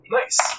Nice